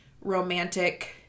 romantic